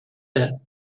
that